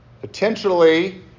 potentially